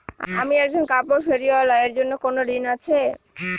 আমি একজন কাপড় ফেরীওয়ালা এর জন্য কোনো ঋণ আছে?